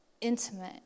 intimate